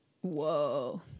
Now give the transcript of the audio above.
Whoa